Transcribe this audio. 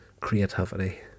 Creativity